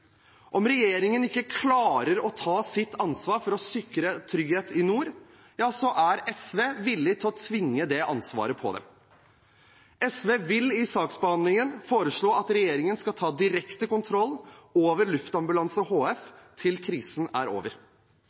Om regjeringen ikke klarer å ta sitt ansvar for å sikre trygghet i nord, er SV villig til å tvinge det ansvaret på dem. SV vil i saksbehandlingen foreslå at regjeringen skal ta direkte kontroll over Luftambulansetjenesten HF til krisen er over.